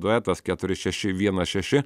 duetas keturi šeši vienas šeši